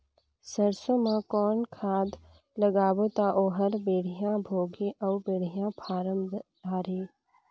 सरसो मा कौन खाद लगाबो ता ओहार बेडिया भोगही अउ बेडिया फारम धारही?